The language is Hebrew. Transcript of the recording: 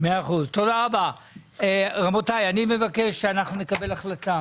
מבקש לקבל החלטה